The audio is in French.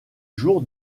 jour